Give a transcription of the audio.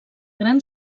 gran